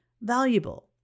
valuable